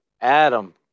Adam